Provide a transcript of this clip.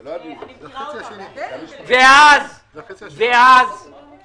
אני כבר מסיים את הדיון בנושא הזה והם יוכלו להיכנס.